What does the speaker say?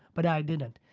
but i didn't,